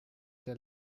der